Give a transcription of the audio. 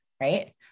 Right